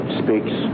speaks